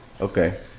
Okay